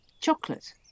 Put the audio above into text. chocolate